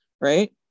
right